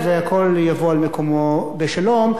והכול יבוא על מקומו בשלום.